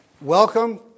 Welcome